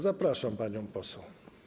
Zapraszam panią poseł.